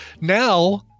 now